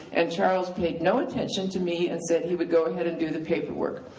and charles paid no attention to me and said he would go ahead and do the paperwork.